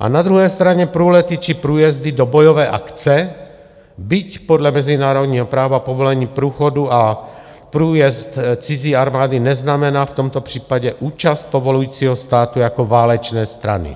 a na druhé straně průlety či průjezdy do bojové akce, byť podle mezinárodního práva povolení průchodu a průjezd cizí armády neznamená v tomto případě účast povolujícího státu jako válečné strany.